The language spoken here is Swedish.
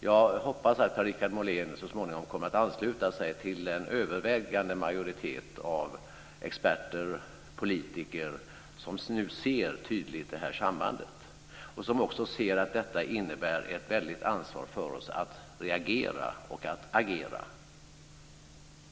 Jag hoppas att Per-Richard Molén så småningom kommer att ansluta sig till den övervägande majoritet av experter och politiker som nu tydligt ser det sambandet, och som också ser att detta innebär ett ansvar för oss att reagera och agera.